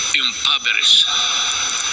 impoverished